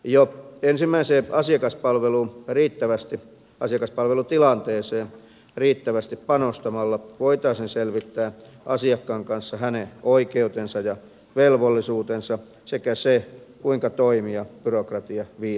jo ensimmäiseen asiakaspalvelutilanteeseen riittävästi panostamalla voitaisiin selvittää asiakkaan kanssa hänen oikeutensa ja velvollisuutensa sekä se kuinka toimia byrokratiaviidakossa